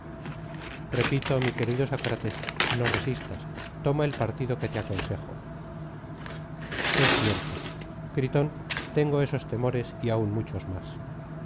repito mi querido sócrates no resistas toma el partido que te aconsejo es cierto gritón tengo esos temores y áün